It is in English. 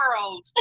world